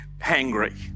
hangry